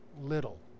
little